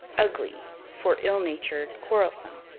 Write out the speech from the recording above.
ugly for ill-natured, quarrelsome.